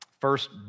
First